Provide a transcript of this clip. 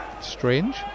strange